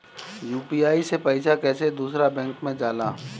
UPI से पैसा कैसे दूसरा बैंक मे जाला?